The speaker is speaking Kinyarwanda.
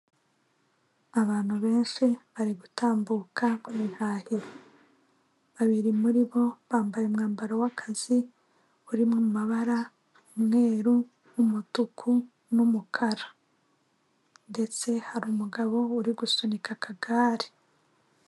Abantu benshi bari gutambu mu ihahiro babiri muri bo bambaye umwambaro w'akazi wari mu mabara umweru, umutuku n'umukara ndetse hari umugabo uri gusunika Akagari.